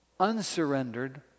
unsurrendered